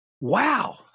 Wow